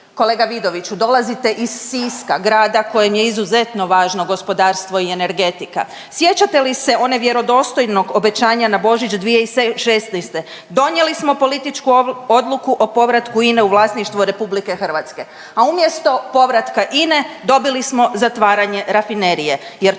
kolega Vidoviću dolazite iz Siska, grada kojem je izuzetno važno gospodarstvo i energetika. Sjećate li se onog vjerodostojnog obećanja na Božić 2016. Donijeli smo političku odluku o povratku INA-e u vlasništvo Republike Hrvatske, a umjesto povratka INA-e dobili smo zatvaranje Rafinerije.